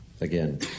again